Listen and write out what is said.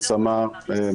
צמ"ה,